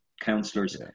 councillors